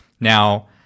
Now